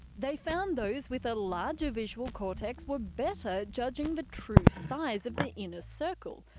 they found those with a larger visual cortex were better at judging the true size of the inner circle,